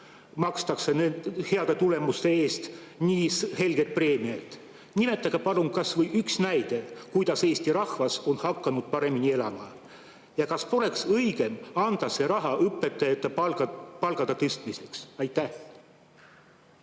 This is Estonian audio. maksta heade tulemuste eest nii heldeid preemiaid? Nimetage palun kas või üks näide, kuidas Eesti rahvas on hakanud paremini elama. Kas poleks õigem anda see raha õpetajate palkade tõstmiseks? Aitäh,